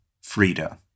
Frida